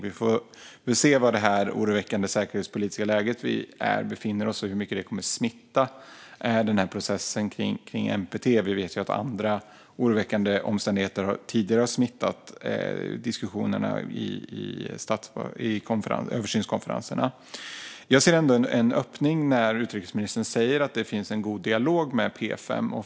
Nu får vi se vad det oroväckande säkerhetspolitiska läge vi befinner oss i innebär och hur mycket det kommer att smitta processen kring NPT; vi vet ju att andra oroväckande omständigheter tidigare har smittat diskussionerna under översynskonferenserna. Jag ser ändå en öppning när utrikesministern säger att det finns en god dialog med P5.